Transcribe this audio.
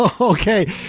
okay